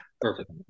Perfect